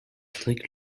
strict